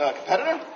competitor